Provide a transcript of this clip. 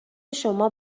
شما